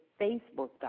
Facebook.com